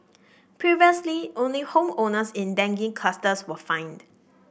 previously only home owners in dengue clusters were fined